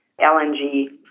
LNG